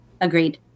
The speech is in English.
Agreed